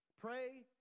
pray